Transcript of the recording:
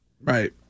Right